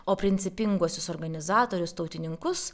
o principinguosius organizatorius tautininkus